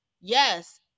Yes